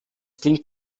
klingt